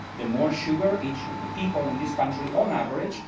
the more sugar each the people in this country, on average,